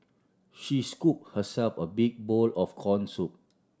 she scoop herself a big bowl of corn soup